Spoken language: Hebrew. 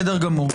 בסדר גמור.